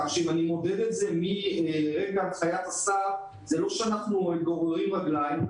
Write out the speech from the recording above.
כך שאם אני מודד את זה מרגע הנחיית השר זה לא שאנחנו גוררים רגליים,